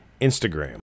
Instagram